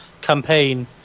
campaign